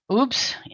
oops